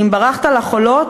"אם ברחת לחולות,